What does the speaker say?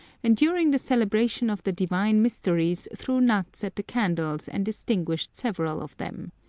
and during the celebration of the divine mysteries threw nuts at the candles and extinguished several of them.